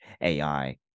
AI